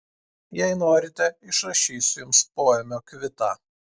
jei norite išrašysiu jums poėmio kvitą